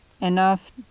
enough